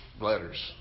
letters